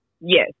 yes